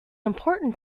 important